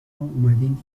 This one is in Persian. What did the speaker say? واومدین